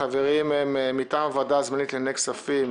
החברים מטעם הוועדה הזמנית לענייני כספים: